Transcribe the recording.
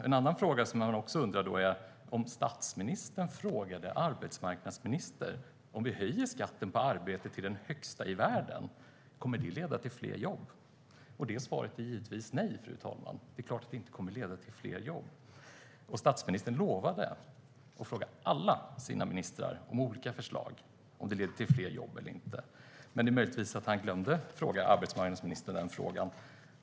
En annan fråga är om statsministern frågade arbetsmarknadsministern: Om vi höjer skatten på arbete till den högsta i världen, kommer det då att leda till fler jobb? Svaret är givetvis nej, fru talman. Det är klart att det inte kommer att leda till fler jobb. Och statsministern lovade att fråga alla sina ministrar om olika förslag leder till fler jobb eller inte. Möjligtvis glömde han att ställa den frågan till arbetsmarknadsministern.